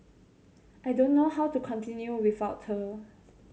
I don't know how to continue without her